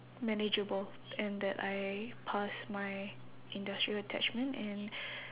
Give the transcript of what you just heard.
manageable and that I pass my industry attachment and